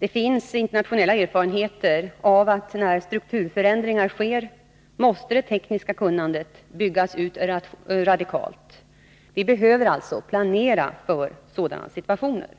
Det finns internationella erfarenheter av att när strukturförändringar sker måste det tekniska kunnandet byggas ut radikalt. Vi behöver alltså planera för sådana situationer.